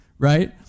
Right